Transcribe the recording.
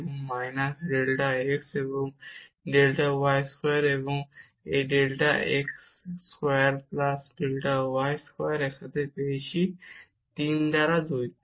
এবং minus delta x এবং delta y square এবং এই delta x square plus delta y square একসাথে পাওয়ার 3 বাই 2 পাবো